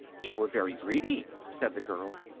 you were very greedy, said the girl.